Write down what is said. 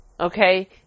Okay